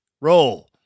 Roll